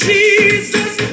Jesus